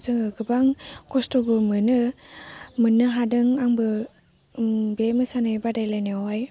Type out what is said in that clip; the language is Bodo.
जोङो गोबां खस्थबो मोनो मोननो हादों आंबो बे मोसानाय बादायलायनायावहाय